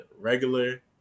regular